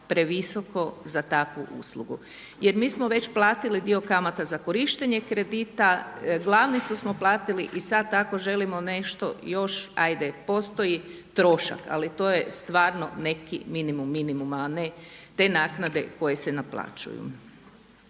previsoko za takvu uslugu. Jer mi smo već platili dio kamata za korištenje kredita, glavnicu smo platili i sad ako želimo nešto još hajde postoji trošak ali to je stvarno neki minimum minimuma, a ne te naknade koje se naplaćuju.